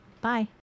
Bye